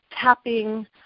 tapping